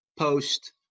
Post